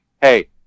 hey